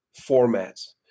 formats